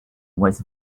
was